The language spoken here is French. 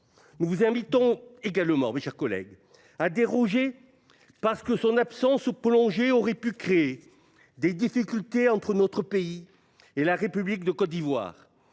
Nous vous invitons également, mes chers collègues, à déranger parce que son absence au plongée aurait pu créer des difficultés entre notre pays et la République de Côte d'Ivoire.